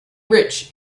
rich